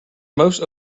most